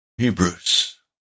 Hebrews